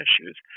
issues